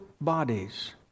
bodies